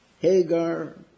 Hagar